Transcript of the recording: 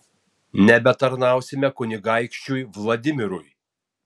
nebetarnausime kunigaikščiui vladimirui